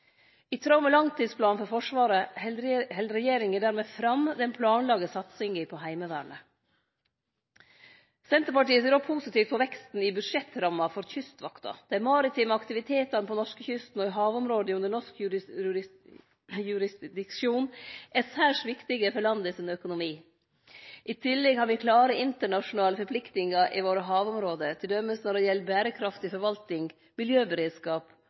I tråd med langtidsplanen for Forsvaret held regjeringa dermed fram den planlagde satsinga på Heimevernet. Senterpartiet ser òg positivt på veksten i budsjettramma for Kystvakta. Dei maritime aktivitetane på norskekysten og i havområda under norsk jurisdiksjon er særs viktige for landet sin økonomi. I tillegg har vi klare internasjonale forpliktingar i våre havområde, t.d. når det gjeld berekraftig forvalting, miljøberedskap